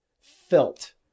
felt